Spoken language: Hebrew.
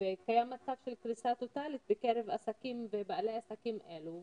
וקיים מצב של קריסה טוטאלית בקרב בעלי העסקים האלה,